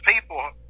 people